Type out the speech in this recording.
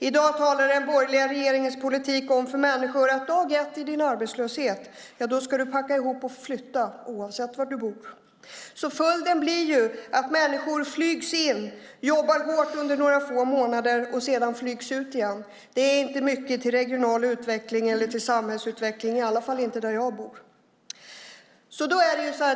I dag talar den borgerliga regeringens politik om för människor att de dag ett i sin arbetslöshet ska packa ihop och flytta, oavsett var de bor. Följden blir att människor flygs in, jobbar hårt under några få månader och sedan flygs ut igen. Det är inte mycket till regional utveckling eller till samhällsutveckling, i alla fall inte där jag bor.